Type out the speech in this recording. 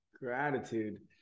gratitude